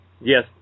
Yes